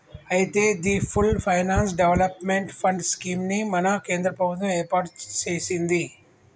అయితే the full finance development fund scheme ని మన కేంద్ర ప్రభుత్వం ఏర్పాటు సెసింది